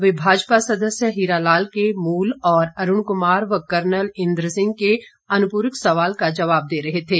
वे भाजपा सदस्य हीरा लाल के मूल और अरूण कुमार व कर्नल इंद्र सिंह के अनुपूरक सवाल का जवाब दे रहे थे